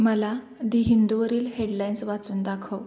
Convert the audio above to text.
मला दि हिंदूवरील हेडलाईन्स वाचून दाखव